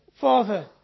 Father